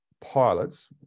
pilots